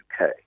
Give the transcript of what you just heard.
UK